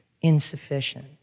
insufficient